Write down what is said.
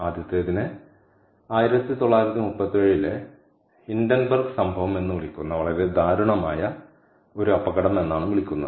ആദ്യത്തേതിനെ 1937 ലെ ഹിൻഡൻബർഗ് സംഭവം എന്ന് വിളിക്കുന്ന വളരെ ദാരുണമായ ഒരു അപകടം എന്നാണ് വിളിക്കുന്നത്